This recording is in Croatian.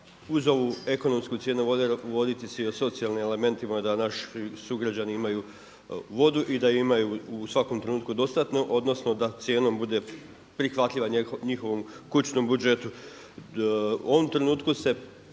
uz ovu ekonomsku cijenu vode voditi se i o socijalnim elementima da naši sugrađani imaju vodu i da imaju u svakom trenutku dostatno odnosno da cijenom bude prihvatljiva njihovom kućnom budžetu. U ovom trenutku se